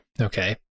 Okay